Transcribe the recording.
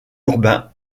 urbain